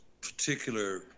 particular